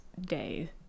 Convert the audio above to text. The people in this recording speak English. day